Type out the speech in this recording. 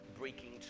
Breaking